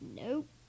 Nope